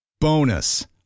Bonus